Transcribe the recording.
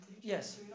yes